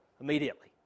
immediately